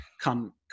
Come